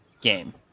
game